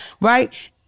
right